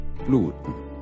Bluten